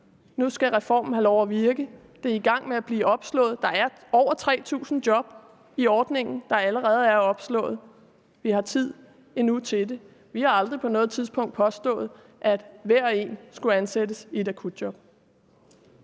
Nu skal reformen have lov at virke. De er i gang med at blive opslået. Der er over 3.000 job, der allerede er opslået i forbindelse med ordningen. Vi har tid endnu til det. Vi har aldrig på noget tidspunkt påstået, at hver og en skulle ansættes i et akutjob.